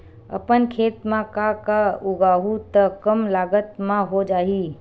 अपन खेत म का का उगांहु त कम लागत म हो जाही?